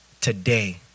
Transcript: today